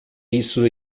isso